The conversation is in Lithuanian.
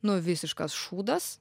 nu visiškas šūdas